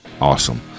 awesome